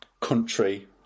country